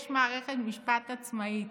יש מערכת משפט עצמאית.